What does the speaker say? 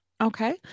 okay